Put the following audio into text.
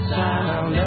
sound